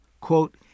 quote